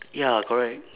ya correct